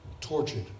tortured